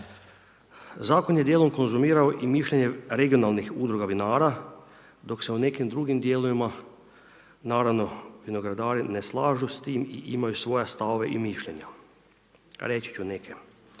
Zakon je dijelom konzumirao i mišljenje regionalnih udruga vinara, dok se u nekim drugim dijelovima, naravno vinogradari ne slažu s tim, imaju svoj stavove i mišljenja. Reći ću nekaj,